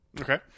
Okay